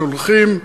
שולחים,